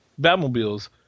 Batmobiles